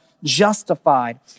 justified